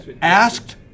asked